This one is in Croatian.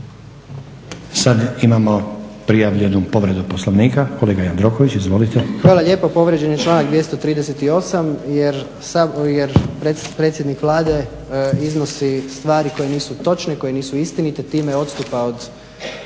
Sada imamo prijavljenu povredu Poslovnika. Kolega Jandroković. Izvolite. **Jandroković, Gordan (HDZ)** Hvala lijepo. Povrijeđen je članak 238.jer predsjednik Vlade iznosi stvari koje nisu točne, koje nisu istinite, time odstupa od